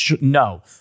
No